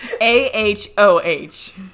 A-H-O-H